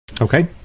Okay